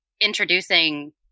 introducing